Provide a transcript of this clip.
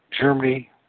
Germany